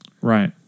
Right